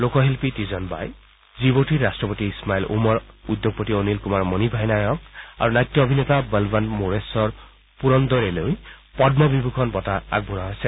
লোকশিল্পী Teejan Bai Djibouti ৰাট্টপতি Ismail Omar উদ্যোগপতি অনিল কুমাৰ মণিভাই নায়ক আৰু নাট্য অভিনেতা বলৱন্ত মোৰেশ্বৰ পুৰন্দৰেলৈ পল্ম বিভূষণ বঁটা আগবঢ়োৱা হ'ব